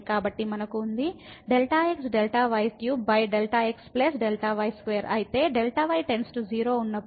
కాబట్టి మనకు ఉంది ΔxΔ y3Δx Δ y2 కాబట్టి Δy → 0 ఉన్నప్పుడు